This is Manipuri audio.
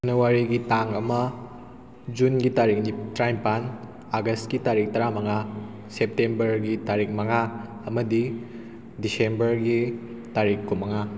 ꯖꯅꯋꯥꯔꯤꯒꯤ ꯇꯥꯡ ꯑꯃ ꯖꯨꯟꯒꯤ ꯇꯥꯔꯤꯛ ꯇꯔꯥ ꯅꯤꯄꯥꯟ ꯑꯥꯒꯁꯀꯤ ꯇꯥꯔꯤꯛ ꯇꯔꯥ ꯃꯉꯥ ꯁꯦꯞꯇꯦꯝꯕꯔꯒꯤ ꯇꯥꯔꯤꯛ ꯃꯉꯥ ꯑꯃꯗꯤ ꯗꯤꯁꯦꯝꯕꯔꯒꯤ ꯇꯥꯔꯤꯛ ꯀꯨꯟ ꯃꯉꯥ